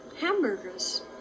Hamburgers